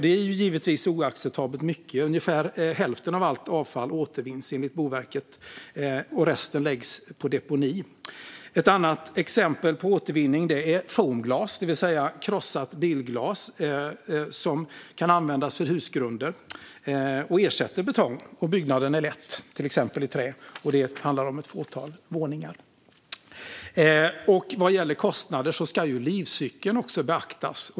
Det är givetvis oacceptabelt mycket. Ungefär hälften av allt avfall återvinns, enligt Boverket. Resten läggs på deponi. Ett bra exempel på återvinning är foamglas, det vill säga krossat bilglas, som kan användas för husgrunder och ersätter betong om byggnaden är lätt, till exempel i trä, och det handlar om ett fåtal våningar. Vad gäller kostnader ska ju också livscykeln beaktas.